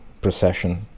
procession